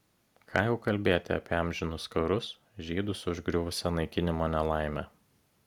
ką jau kalbėti apie amžinus karus žydus užgriuvusią naikinimo nelaimę